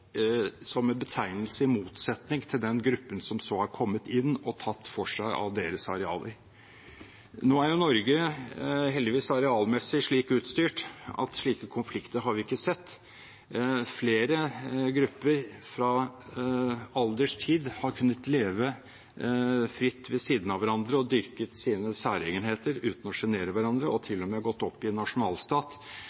som en betegnelse i motsetning til den gruppen som så har kommet inn og tatt for seg av deres arealer. Nå er Norge heldigvis arealmessig slik utstyrt at slike konflikter har vi ikke sett. Flere grupper har fra alders tid kunnet leve fritt ved siden av hverandre og dyrke sine særegenheter uten å sjenere hverandre og